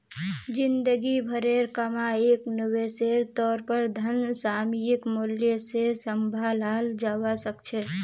जिंदगी भरेर कमाईक निवेशेर तौर पर धन सामयिक मूल्य से सम्भालाल जवा सक छे